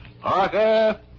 Parker